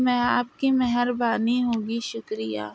میں آپ کی مہربانی ہوگی شکریہ